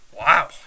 Wow